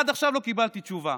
עד עכשיו לא קיבלתי תשובה.